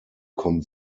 kommt